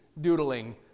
doodling